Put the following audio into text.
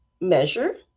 measure